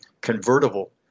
convertible